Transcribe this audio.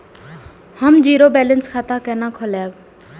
हम zero balance खाता केना खोलाब?